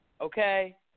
okay